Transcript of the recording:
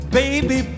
baby